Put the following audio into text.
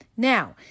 Now